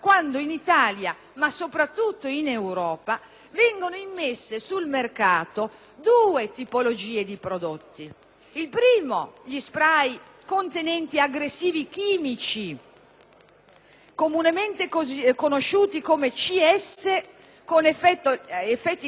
vengono immesse sul mercato due tipologie di prodotti: gli spray contenenti aggressivi chimici, comunemente conosciuti come "CS", con effetti lacrimogeni, utilizzati dalle forze di polizia;